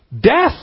death